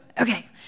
okay